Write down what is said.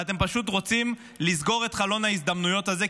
ואתם פשוט רוצים לסגור את חלון ההזדמנויות הזה,